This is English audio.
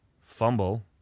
Fumble